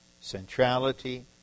centrality